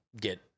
get